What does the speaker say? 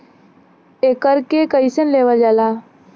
एकरके कईसे लेवल जाला?